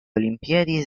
olimpiadi